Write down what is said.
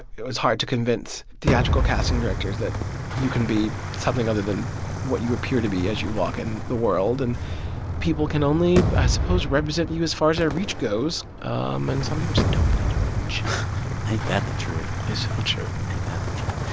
it was hard to convince theatrical casting directors that you can be something other than what you appear to be as you walk in the world. and people can only, i suppose, represent you as far as their reach goes. um and some people just don't got the reach ain't that the truth it's so true ain't that the truth.